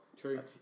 True